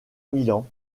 milan